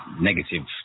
negative